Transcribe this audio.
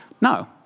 No